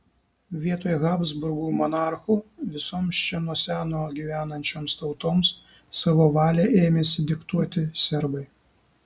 vietoj habsburgų monarchų visoms čia nuo seno gyvenančioms tautoms savo valią ėmėsi diktuoti serbai